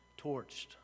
torched